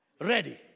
ready